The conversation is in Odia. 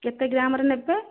କେତେ ଗ୍ରାମ୍ର ନେବେ